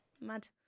mad